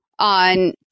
on